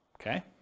Okay